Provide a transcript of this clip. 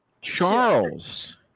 Charles